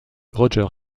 roger